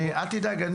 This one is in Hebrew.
אל תדאג,